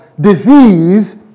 disease